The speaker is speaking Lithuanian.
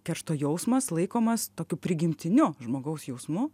keršto jausmas laikomas tokiu prigimtiniu žmogaus jausmu